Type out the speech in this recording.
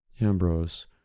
Ambrose